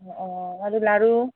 অঁ অঁ আৰু লাৰু